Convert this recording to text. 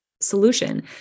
solution